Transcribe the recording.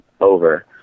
over